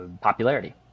popularity